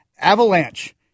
Avalanche